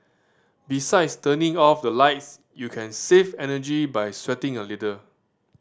besides turning off the lights you can save energy by sweating a little